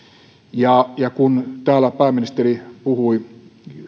kun täällä pääministeri puhui